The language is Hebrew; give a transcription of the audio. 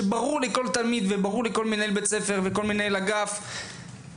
כשברור לכל תלמיד וברור לכל מנהל בית ספר ולכל מנהל אגף מהו,